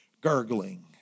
gurgling